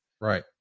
Right